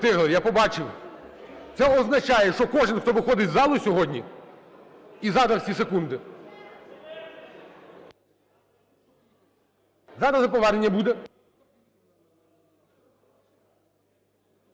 Я побачив. Це означає, що кожен, хто виходить з залу сьогодні, і зараз в ці секунди… Зараз за повернення буде.